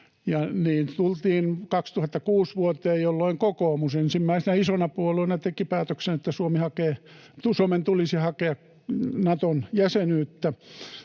tultiin 2006-vuoteen, jolloin kokoomus ensimmäisenä isona puolueena teki päätöksen, että Suomen tulisi hakea Naton jäsenyyttä,